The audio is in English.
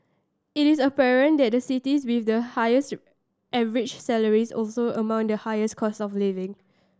it is apparent that the cities with the highest average salaries also among the highest cost of living